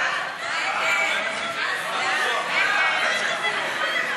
ההצעה להעביר את הנושא